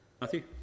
Matthew